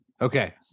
Okay